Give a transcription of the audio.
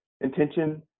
intention